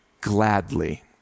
gladly